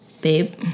babe